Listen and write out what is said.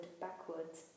backwards